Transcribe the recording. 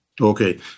Okay